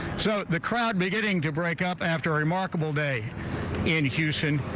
so the crowd beginning to break up after a remarkable day in houston,